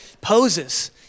poses